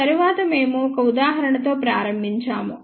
ఆ తరువాత మేము ఒక ఉదాహరణతో ప్రారంభించాము